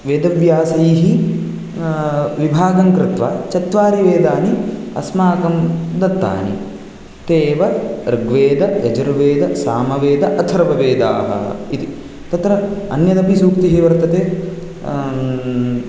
वेदव्यासैः विभागं कृत्वा चत्वारि वेदानि अस्माकं दत्तानि ते एव ऋग्वेदयजुर्वेदसामवेद अथर्ववेदाः इति तत्र अन्यदपि सूक्तिः वर्तते